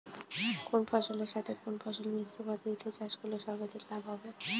কোন ফসলের সাথে কোন ফসল মিশ্র পদ্ধতিতে চাষ করলে সর্বাধিক লাভ হবে?